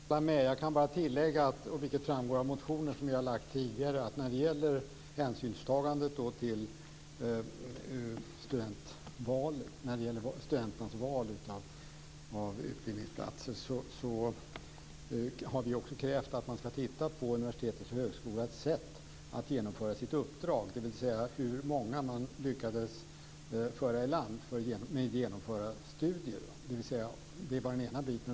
Herr talman! Jag kan bara tillägga, vilket framgår av motioner som vi har väckt tidigare, att vi, när det gäller hänsynstagandet till studenternas val av utbildningsplatser, också har krävt att man ska titta på universitetets och högskolans sätt att genomföra sitt uppdrag. Det handlar alltså om hur många de lyckas föra i land med genomförda studier. Det är bara den ena biten.